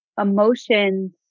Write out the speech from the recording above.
emotions